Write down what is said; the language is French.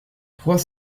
trois